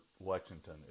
Lexington